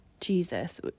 jesus